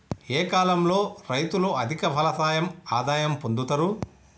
ఏ కాలం లో రైతులు అధిక ఫలసాయం ఆదాయం పొందుతరు?